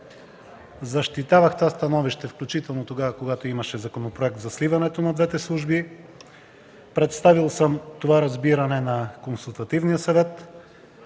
Защитавах това становище, включително когато имаше законопроект за сливането на двете служби, представил съм това разбиране на Консултативния съвет